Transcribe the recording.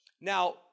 Now